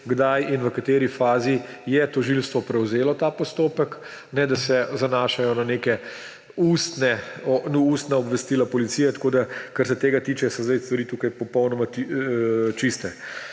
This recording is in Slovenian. kdaj in v kateri fazi je tožilstvo prevzelo ta postopek, ne da se zanašajo na neka ustna obvestila policije. Kar se tega tiče, so zdaj stvari tukaj popolnoma čiste.